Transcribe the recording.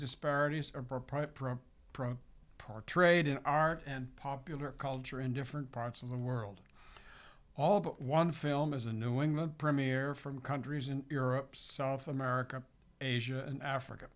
disparities of propriety portrayed in art and popular culture in different parts of the world all but one film is a new england premiere from countries in europe south america asia and africa